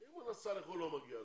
אם הוא נסע לחו"ל, לא מגיע לו.